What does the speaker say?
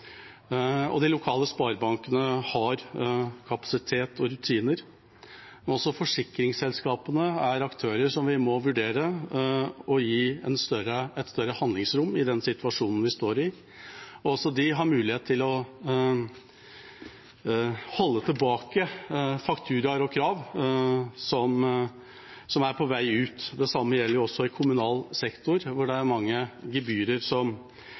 og de lokale sparebankene har kapasitet og rutiner. Men også forsikringsselskapene er aktører som vi må vurdere å gi et større handlingsrom i den situasjonen vi står i. Også de har mulighet til å holde tilbake fakturaer og krav som er på vei ut. Det samme gjelder også i kommunal sektor, hvor det er mange gebyrer som